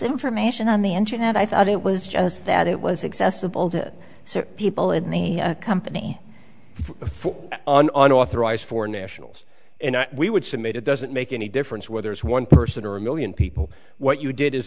information on the internet i thought it was just that it was accessible to people in the company for an unauthorized foreign nationals and we would submit it doesn't make any difference whether it's one person or a million people what you did is